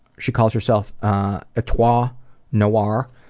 she calls herself atoire noir.